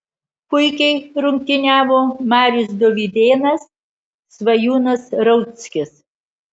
puikiai rungtyniavo marius dovydėnas svajūnas rauckis